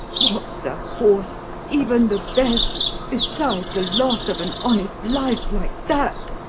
what's a horse even the best beside the loss of an honest life like that?